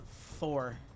four